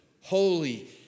holy